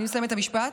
אני מסיימת את המשפט.